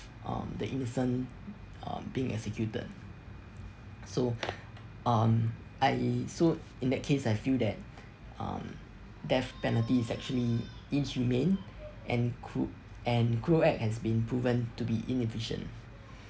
um the innocent um being executed so um I so in that case I feel that um death penalty is actually inhumane and cru~ and cruel act has been proven to be inefficient